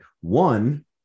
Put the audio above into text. One